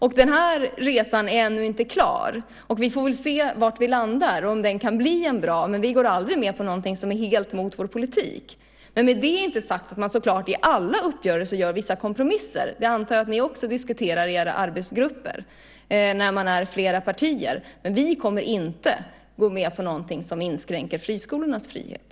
Och den här resan är ännu inte klar. Vi får väl se var vi landar och om det kan bli bra. Men vi går aldrig med på någonting som är helt mot vår politik. Med det är det inte sagt att man i uppgörelser inte gör vissa kompromisser - det antar jag att ni också diskuterar i era arbetsgrupper - när man är flera partier. Men vi kommer inte att gå med på någonting som inskränker friskolornas frihet.